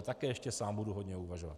Také ještě sám budu hodně uvažovat.